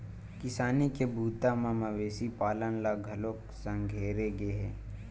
किसानी के बूता म मवेशी पालन ल घलोक संघेरे गे हे